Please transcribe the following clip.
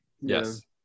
Yes